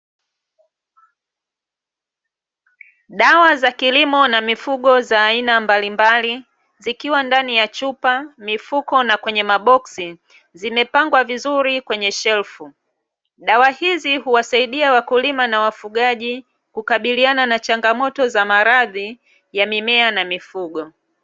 Dawa za kilimo na mifugo za aina mbalimbali zikiwa ndani ya chupa, mifuko na kwenye maboksi zimepangwa vizuri kwenye shelfu. Dawa hizi huwasaidia wakulima na wafugaji kukabiliana na changa moto za maradhi ya mimea na mifugo.